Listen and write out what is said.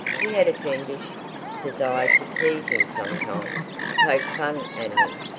he had a fiendish desire to tease him sometimes, to poke fun at him,